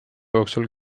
jooksul